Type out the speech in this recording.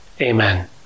amen